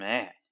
Man